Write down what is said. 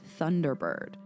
Thunderbird